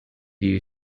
you